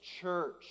church